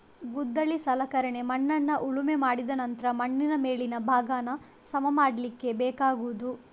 ಗುದ್ದಲಿ ಸಲಕರಣೆ ಮಣ್ಣನ್ನ ಉಳುಮೆ ಮಾಡಿದ ನಂತ್ರ ಮಣ್ಣಿನ ಮೇಲಿನ ಭಾಗಾನ ಸಮ ಮಾಡ್ಲಿಕ್ಕೆ ಬೇಕಾಗುದು